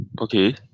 Okay